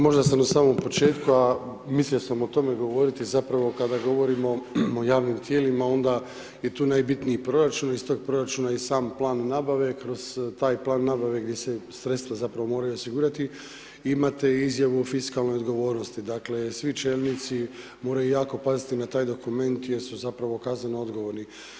Možda sam na samom početku a mislio sam o tome govorit zapravo kada govorimo o javnim tijelima onda je tu najbitniji proračun, iz tog proračuna je i sam plan nabave, kroz taj plan nabave gdje se sredstva zapravo moraju osigurati, imate izjavu o fiskalnoj odgovornosti, dakle svi čelnici moraju jako paziti na taj dokument jer su zapravo kaznena odgovorni.